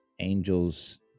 Angels